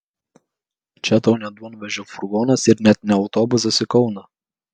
čia tau ne duonvežio furgonas ir net ne autobusas į kauną